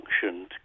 functioned